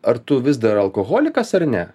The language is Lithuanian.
ar tu vis dar alkoholikas ar ne